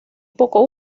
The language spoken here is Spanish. poco